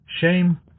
shame